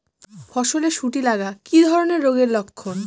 ফসলে শুটি লাগা কি ধরনের রোগের লক্ষণ?